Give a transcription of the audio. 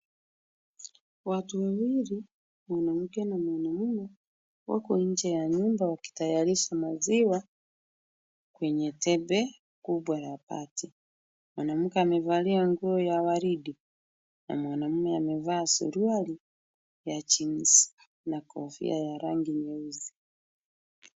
Watu wawili, mwanamke na mwanaume, wako nje ya nyumba wakitayarisha maziwa kwenye tebe kubwa la bati. Mwanamke amevaa nguo ya waridi na mwanaume amevaa suruali ya jeans na kofia ya rangi nyeusi.